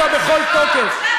לגנות אותה בכל תוקף.